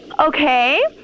Okay